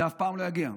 זה אף פעם לא יגיע.